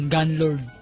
Gunlord